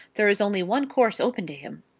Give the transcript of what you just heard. there is only one course open to him.